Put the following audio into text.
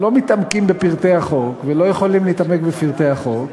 לא מתעמקים בפרטי החוק ולא יכולים להתעמק בפרטי החוק,